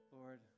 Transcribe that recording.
Lord